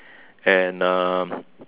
and um